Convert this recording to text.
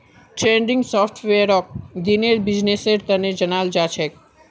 trending सॉफ्टवेयरक दिनेर बिजनेसेर तने जनाल जाछेक